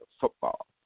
football